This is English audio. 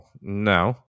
no